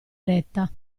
eretta